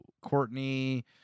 Courtney